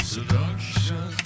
Seduction